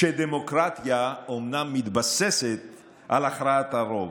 שדמוקרטיה אומנם מתבססת על הכרעת הרוב,